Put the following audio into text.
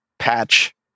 patch